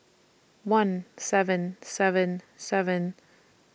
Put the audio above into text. one seven seven seven